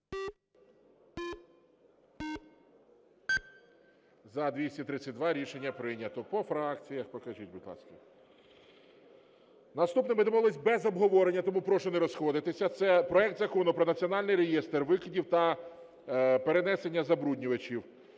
За-232 Рішення прийнято. По фракціях покажіть, будь ласка. Наступний ми домовилися без обговорення, тому прошу не розходитися – це проект Закону про Національний реєстр викидів та перенесення забруднювачів